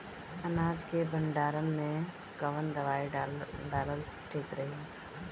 अनाज के भंडारन मैं कवन दवाई डालल ठीक रही?